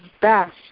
best